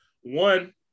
one